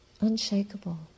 unshakable